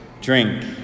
drink